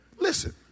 Listen